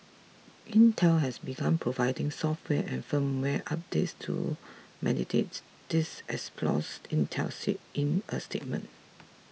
intel has begun providing software and firmware updates to mitigate these exploits Intel say in a statement